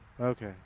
Okay